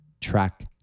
track